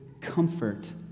comfort